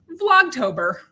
Vlogtober